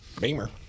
Beamer